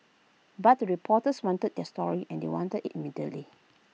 but the reporters wanted their story and they wanted IT immediately